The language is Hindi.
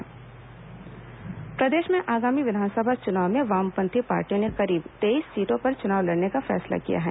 वामपंथी पार्टी चुनाव प्रदेश में आगामी विधानसभा चुनाव में वामपंथी पार्टियों ने करीब तेईस सीटों पर चुनाव लड़ने का फैसला किया है